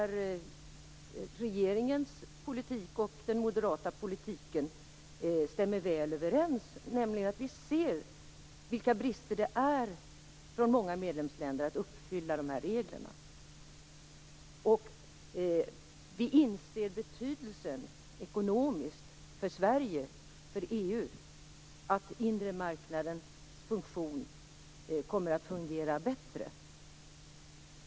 Regeringens politik och den moderata politiken stämde då väl överens. Vi ser bristerna i många länder när det gäller att uppfylla dessa krav. Vi inser den ekonomiska betydelsen för Sverige och för EU om den inre marknaden fungerar bättre.